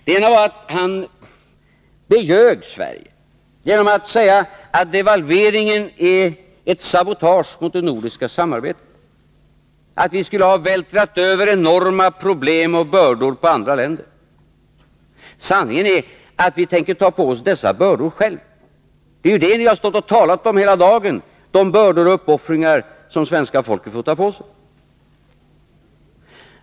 En sak är att Ola Ullsten beljög Sverige genom att säga att devalveringen är ett sabotage mot det nordiska samarbetet, att vi skulle ha vältrat över enorma problem och bördor på andra länder. Sanningen är att vi tänker ta på oss dessa bördor själva. Vad ni har stått och talat om hela dagen är ju just de bördor och uppoffringar som svenska folket får ta på sig.